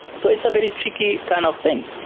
so it's a really tricky kind of thing.